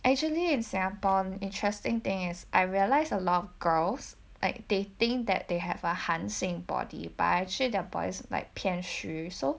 actually in singapore interesting thing as I realise a lot of girls like they think that they have a 寒性 body but actually their body is 偏虚 so